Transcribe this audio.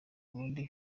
ubundi